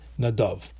Nadav